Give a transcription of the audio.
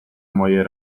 moje